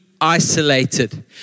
isolated